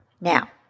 Now